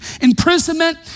imprisonment